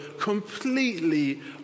completely